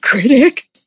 Critic